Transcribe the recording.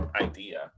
idea